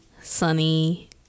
sunny